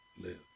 Live